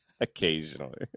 occasionally